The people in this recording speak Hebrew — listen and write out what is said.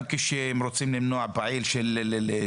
גם כאשר רוצים למנוע כניסת פעיל BDS